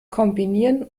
kombinieren